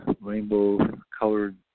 rainbow-colored